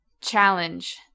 Challenge